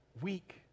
weak